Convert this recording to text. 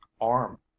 arm